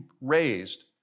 raised